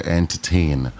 entertain